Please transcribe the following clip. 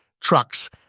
trucks